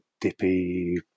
dippy